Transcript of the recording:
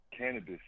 cannabis